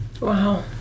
Wow